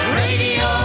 radio